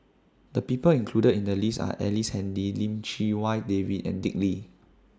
The People included in The list Are Ellice Handy Lim Chee Wai David and Dick Lee